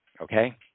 Okay